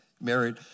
married